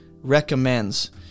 recommends